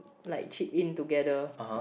like chip in together